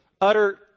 utter